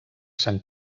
sant